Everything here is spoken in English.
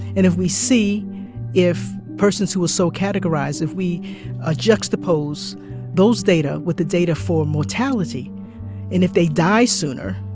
and if we see if persons who are so categorized if we ah juxtapose those data with the data for mortality and if they die sooner,